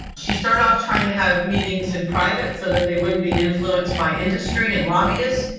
she started off trying to have meetings in private so that they wouldn't be influenced by industry and lobbyists,